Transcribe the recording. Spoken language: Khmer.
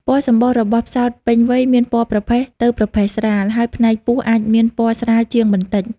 ពណ៌សម្បុររបស់ផ្សោតពេញវ័យមានពណ៌ប្រផេះទៅប្រផេះស្រាល ហើយផ្នែកពោះអាចមានពណ៌ស្រាលជាងបន្តិច។